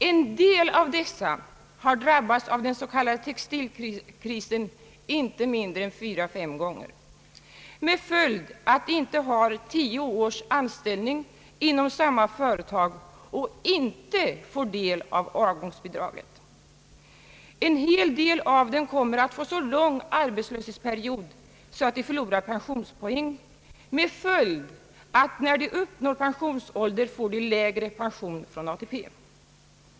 En del av dessa har drabbats av den s.k. »textilkrisen» inte mindre än fyra, fem gånger, med följd att de inte har tio års anställning vid samma företag och inte får del av avgångsbidraget. En hel del av dem kommer att få så lång arbetslöshetsperiod att de förlorar pensionspoäng, med följd att när de uppnår pensionsålder får de lägre pension från ATP.